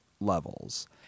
levels